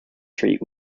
treat